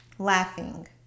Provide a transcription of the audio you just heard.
Laughing